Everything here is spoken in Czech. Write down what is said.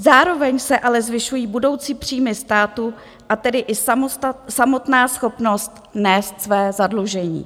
Zároveň se ale zvyšují budoucí příjmy státu, a tedy i samotná schopnost nést své zadlužení.